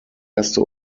erste